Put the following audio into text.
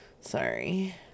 sorry